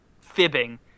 fibbing